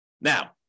Now